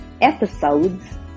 episodes